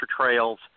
trails